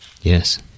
Yes